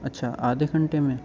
اچھا آدھے گھنٹے میں